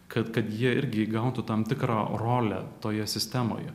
kad kad jie irgi įgautų tam tikrą rolę toje sistemoje